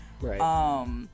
Right